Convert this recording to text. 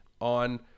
on